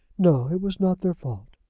no it was not their fault.